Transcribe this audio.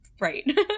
right